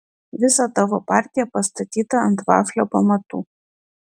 visa tavo partija pastatyta ant vaflio pamatų